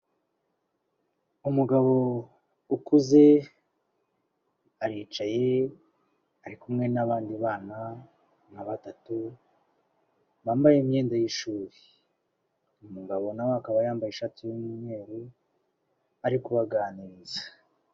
Umugabo ukuze aricaye, ari kumwe n'abandi bana nka batatu, bambaye imyenda y'ishuri. Umugabo nawe akaba yambaye ishati y'umweru, ari kubaganiriza.